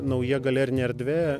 nauja galerinė erdvė